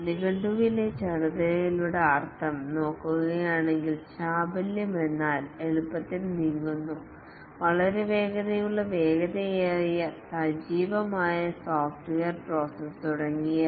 നിഘണ്ടുവിലെ ചടുലതയുടെ അർത്ഥം നോക്കുകയാണെങ്കിൽ ചാപല്യം എന്നാൽ എളുപ്പത്തിൽ നീങ്ങുന്നു വളരെ വേഗതയുള്ള വേഗതയേറിയ സജീവമായ സോഫ്റ്റ്വെയർ പ്രോസസ്സ് തുടങ്ങിയവ